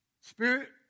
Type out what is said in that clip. spirit